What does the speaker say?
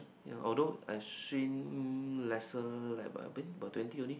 yea although I swim lesser like I think about twenty only